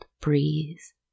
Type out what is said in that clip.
breeze